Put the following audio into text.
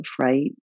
right